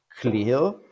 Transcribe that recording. clear